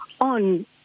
on